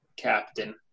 Captain